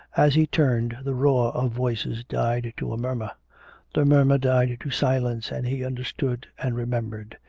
as he turned, the roar of voices died to a murmur the murmur died to silence, and he under stood and remembered.